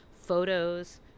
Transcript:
photos